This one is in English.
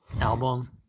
album